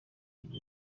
gihugu